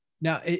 Now